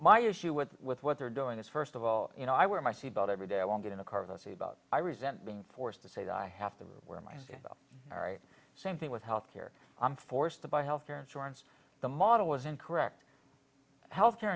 my issue with with what they're doing is first of all you know i wear my seatbelt every day i won't get in a car that's about i resent being forced to say that i have to wear my hair all right same thing with health care i'm forced to buy health care insurance the model was incorrect healthcare